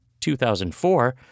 2004